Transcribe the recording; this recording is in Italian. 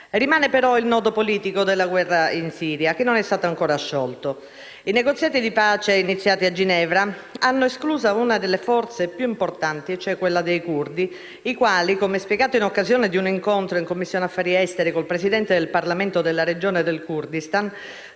Rimane però il nodo politico della guerra in Siria, che non è stato ancora sciolto. I negoziati di pace iniziati a Ginevra hanno escluso una delle forze più importanti, cioè quella dei curdi, i quali - come spiegato in occasione di un incontro in Commissione affari esteri con il Presidente del Parlamento della Regione del Kurdistan